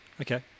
Okay